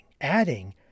adding